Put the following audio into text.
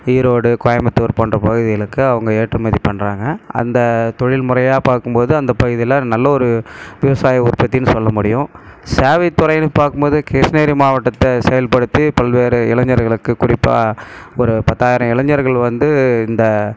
ஈரோடு கோயம்பத்தூர் போன்ற பகுதிகளுக்கு அவங்க ஏற்றுமதி பண்ணுறாங்க அந்த தொழில் முறையாக பார்க்கும்போது அந்த பகுதியில் நல்ல ஒரு விவசாய உற்பத்தின்னு சொல்ல முடியும் சேவை துறைன்னு பார்க்குமோது கிருஷ்ணகிரி மாவட்டத்தில் செயல்படுத்தி பல்வேறு இளைஞர்களுக்கு குறிப்பாக ஒரு பத்தாயிரம் இளைஞர்கள் வந்து இந்த